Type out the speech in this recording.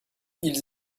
ils